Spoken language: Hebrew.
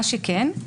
מה שכן,